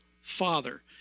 father